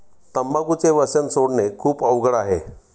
तंबाखूचे व्यसन सोडणे खूप अवघड आहे